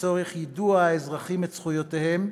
לצורך יידוע האזרחים על זכויותיהם,